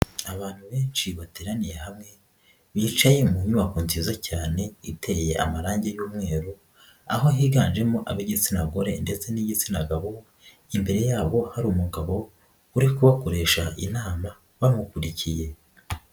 Abantu benshi bateraniye hamwe, bicaye mu nyubako nziza cyane iteye amarangi y'umweru, aho higanjemo ab'igitsina gore ndetse n'igitsina gabo, imbere yabo hari umugabo uri kubakoresha inama bamukurikiye.